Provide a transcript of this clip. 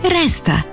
resta